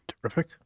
Terrific